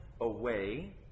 away